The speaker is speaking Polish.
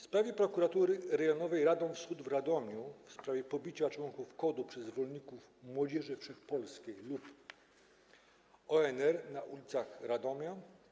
Sprawa w Prokuraturze Rejonowej Radom-Wschód w Radomiu - sprawa pobicia członków KOD-u przez zwolenników Młodzieży Wszechpolskiej lub ONR na ulicach Radomia.